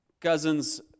cousins